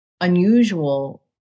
unusual